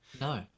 No